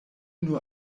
nur